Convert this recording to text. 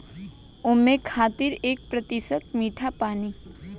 ओमें खातिर एक प्रतिशत मीठा पानी